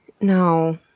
No